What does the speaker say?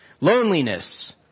loneliness